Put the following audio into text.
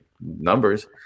numbers